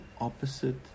opposite